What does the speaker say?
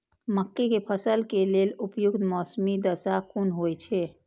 मके के फसल के लेल उपयुक्त मौसमी दशा कुन होए छै?